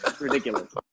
Ridiculous